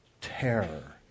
terror